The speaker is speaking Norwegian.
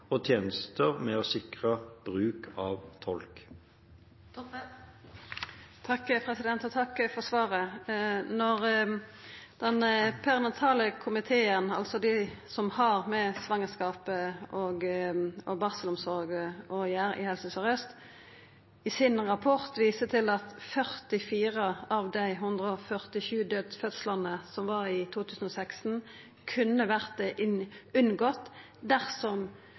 og tjenester med å sikre bruk av tolk. Takk for svaret. Når den perinatale komiteen, altså dei som har med svangerskap og barselomsorg i Helse Sør-Aust å gjera, i sin rapport viser til at 44 av dei 147 daudfødslane som var i 2016, kunne ha vore unngått dersom